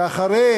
שאחרי